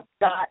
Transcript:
got